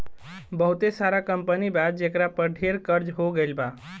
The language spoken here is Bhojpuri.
बहुते सारा कंपनी बा जेकरा पर ढेर कर्ज हो गइल बा